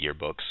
yearbooks